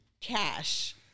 cash